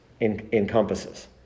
encompasses